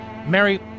Mary